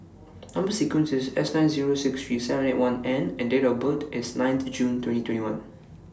Number sequence IS S nine Zero six three seven eight one N and Date of birth IS nine June twenty twenty one